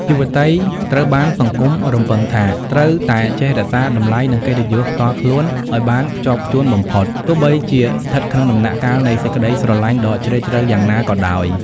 យុវតីត្រូវបានសង្គមរំពឹងថា ត្រូវតែចេះរក្សាតម្លៃ និងកិត្តិយសផ្ទាល់ខ្លួនឱ្យបានខ្ជាប់ខ្ជួនបំផុត ទោះបីជាស្ថិតក្នុងដំណាក់កាលនៃសេចក្ដីស្រឡាញ់ដ៏ជ្រាលជ្រៅយ៉ាងណាក៏ដោយ។